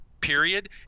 Period